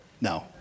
No